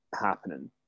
happening